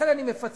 לכן אני מפצל.